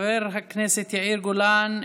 חבר הכנסת יאיר גולן,